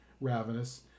Ravenous